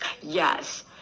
Yes